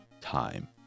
time